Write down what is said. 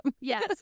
Yes